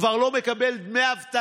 כבר לא מקבל דמי אבטלה,